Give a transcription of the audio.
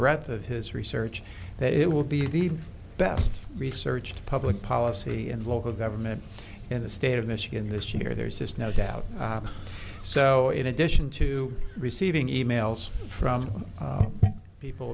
breadth of his research that it will be the best researched public policy and local government in the state of michigan this year there's just no doubt so in addition to receiving e mails from people